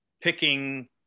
picking